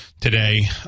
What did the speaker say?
Today